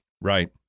Right